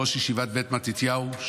ראש ישיבת בית מתתיהו,